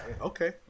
Okay